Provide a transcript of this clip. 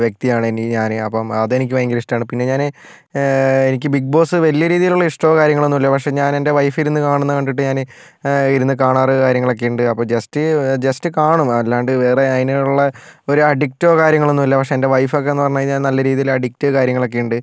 വ്യക്തിയാണ് ഇനി ഞാൻ അപ്പം അതെനിക്ക് ഭയങ്കര ഇഷ്ടമാണ് പിന്നെ ഞാന് എനിക്ക് ബിഗ് ബോസ് വലിയ രീതിയിലുള്ള ഇഷ്ടമോ കാര്യങ്ങളൊന്നുമില്ല പക്ഷേ ഞാനെന്റെ വൈഫ് ഇരുന്ന് കാണുന്നത് കണ്ടിട്ട് ഞാൻ ഇരുന്ന് കാണാറും കാര്യങ്ങളൊക്കെയുണ്ട് അപ്പോൾ ജസ്റ്റ് ജസ്റ്റ് കാണും അല്ലാണ്ട് വേറെ അതിനുള്ള ഒരു അഡിക്റ്റോ കാര്യങ്ങളൊന്നുമില്ല പക്ഷേ എന്റെ വൈഫ് ഒക്കെ എന്ന് പറഞ്ഞുകഴിഞ്ഞാൽ നല്ല രീതിയിൽ അഡിക്റ്റ് കാര്യങ്ങളൊക്കെ ഉണ്ട്